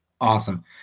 awesome